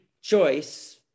choice